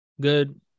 Good